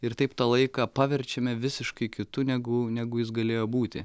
ir taip tą laiką paverčiame visiškai kitu negu negu jis galėjo būti